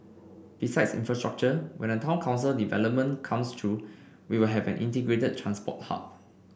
besides infrastructure when the town council development comes through we will have an integrated transport hub